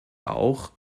auch